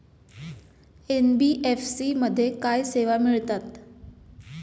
NBFC मध्ये काय सेवा मिळतात?